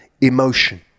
emotion